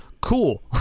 Cool